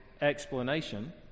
explanation